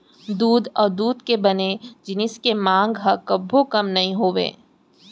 दूद अउ दूद के बने जिनिस के मांग ह कभू कम नइ होवय